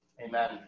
Amen